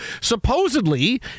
supposedly